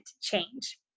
change